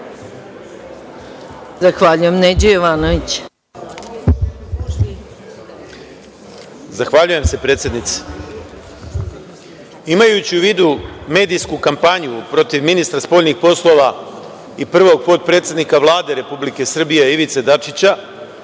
Zahvaljujem se predsednice. Imajući u vidu medijsku kampanju protiv ministra spoljnih poslova i prvog potpredsednika Vlade Republike Srbije Ivice Dačića,